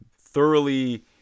thoroughly